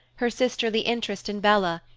her sisterly interest in bella,